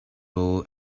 will